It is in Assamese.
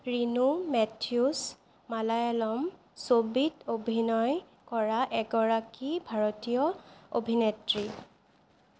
ৰীণু মেথিউছ মালয়ালম ছবিত অভিনয় কৰা এগৰাকী ভাৰতীয় অভিনেত্ৰী